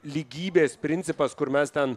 lygybės principas kur mes ten